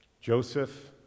Joseph